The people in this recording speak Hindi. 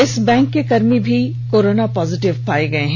इस बैंक के कर्मी भी कोरोना पॉजिटिव पाए गए हैं